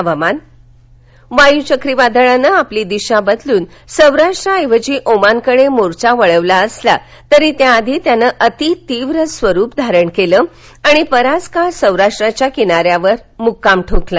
हवामान वायू चक्रीवादळानं आपली दिशा बदलून सौराष्ट्रा ऐवजी ओमानकडे मोर्चा वळवला असला तरी त्या आधी त्यानं अतितीव्र स्वरूप धारण केलं आणि बराच काळ सोराष्ट्राच्या किनाऱ्याजवळ मुक्काम ठोकला